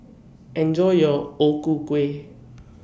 Enjoy your O Ku Kueh